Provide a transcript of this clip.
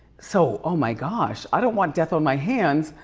so, oh my gosh i don't want death on my hands.